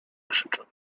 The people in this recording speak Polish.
krzyczę